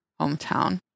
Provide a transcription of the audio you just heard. hometown